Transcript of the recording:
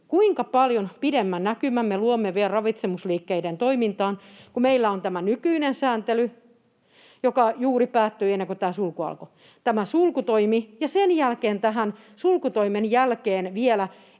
Kuinka paljon pidemmän näkymän me luomme vielä ravitsemusliikkeiden toimintaan, kun meillä on tämä nykyinen sääntely, joka juuri päättyi ennen kuin tämä sulku alkoi, tämä sulkutoimi ja tämän sulkutoimen jälkeen ei vielä